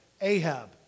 Ahab